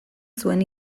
zuen